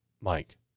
Mike